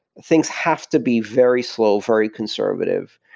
things have to be very slow, very conservative,